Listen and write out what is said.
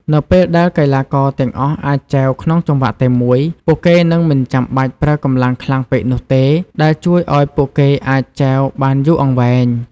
នៅពេលដែលកីឡាករទាំងអស់អាចចែវក្នុងចង្វាក់តែមួយ ពួកគេនឹងមិនចាំបាច់ប្រើកម្លាំងខ្លាំងពេកនោះទេ ដែលជួយឲ្យពួកគេអាចចែវបានយូរអង្វែង។